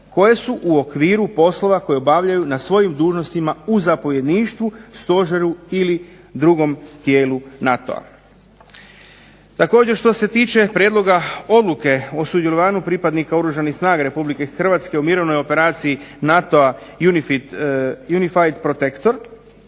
koje su u okviru poslova koje obavljaju na svojim dužnostima u zapovjedništvu, stožeru ili drugom tijelu NATO-a. Također što se tiče Prijedloga odluke o sudjelovanju pripadnika Oružanih snaga Republike Hrvatske u mirovnoj operaciji NATO-a "Unified protector",